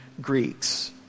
Greeks